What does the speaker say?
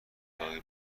اتاقی